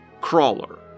crawler